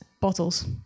bottles